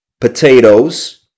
potatoes